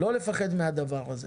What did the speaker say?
צריך לא לפחד מהדבר הזה.